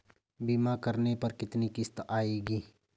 बीमा करने पर कितनी किश्त आएगी?